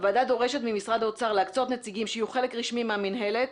הוועדה דורשת ממשרד האוצר להקצות נציגים שיהיו חלק רשמי מהמינהלת,